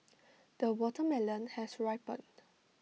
the watermelon has ripened